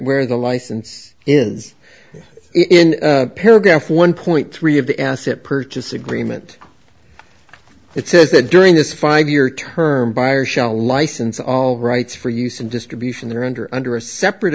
where the license is in paragraph one point three of the asset purchase agreement it says that during this five year term buyer shall license all rights for use and distribution there under under a separate